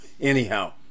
Anyhow